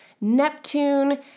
Neptune